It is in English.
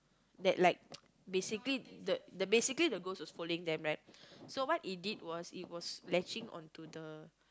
that like basically the basically the ghost was following them right so what it did was it was latching onto the